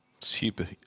Super